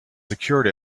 secured